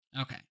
Okay